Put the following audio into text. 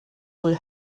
will